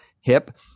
hip